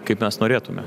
kaip mes norėtume